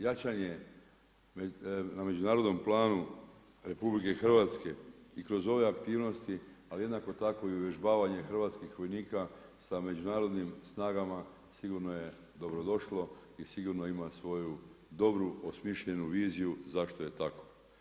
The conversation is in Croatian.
Jačanje na međunarodnom planu RH i kroz ove aktivnosti, ali jednako tako i uvježbavanje hrvatskih vojnika sa međunarodnim snagama sigurno je dobro došlo i sigurno ima svoju dobru osmišljenu viziju zašto je tako.